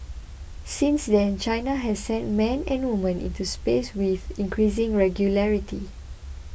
since then China has sent men and woman into space with increasing regularity